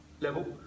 level